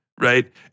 right